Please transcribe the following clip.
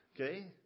Okay